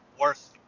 worth